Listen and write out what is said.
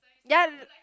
ya l~